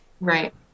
right